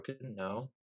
No